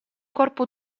corpo